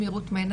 שמי רות מנע,